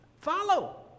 follow